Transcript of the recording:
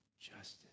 justice